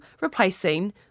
replacing